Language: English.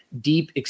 deep